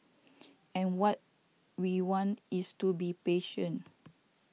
and what we want is to be patient